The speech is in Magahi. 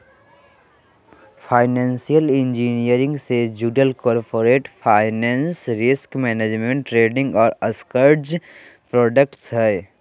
फाइनेंशियल इंजीनियरिंग से जुडल corporate finance, risk management, trading और स्ट्रक्चर्ड प्रॉडक्ट्स हय